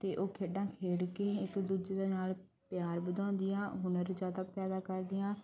ਅਤੇ ਉਹ ਖੇਡਾਂ ਖੇਡ ਕੇ ਹੀ ਇਕ ਦੂਜੇ ਦੇ ਨਾਲ ਪਿਆਰ ਵਧਾਉਂਦੀ ਆ ਹੁਨਰ ਜ਼ਿਆਦਾ ਪੈਦਾ ਕਰਦੀਆਂ